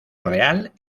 real